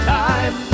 time